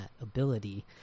ability